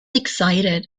excited